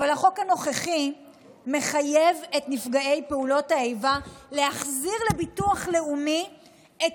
אבל החוק הנוכחי מחייב את נפגעי פעולות האיבה להחזיר לביטוח לאומי את